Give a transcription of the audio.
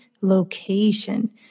location